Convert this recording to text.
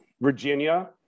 Virginia